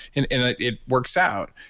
and it it works out,